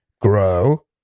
Grow